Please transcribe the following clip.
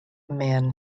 man